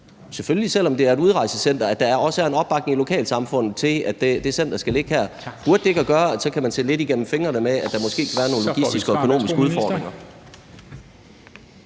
selv om det er et udrejsecentre – også er en opbakning i lokalsamfundet til, at det center skal ligge her? Burde det ikke gøre, at man så kan se lidt igennem fingrene med, at der måske kan være nogle logistiske og økonomiske udfordringer?